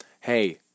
hey